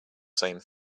same